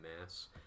mass